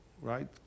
Right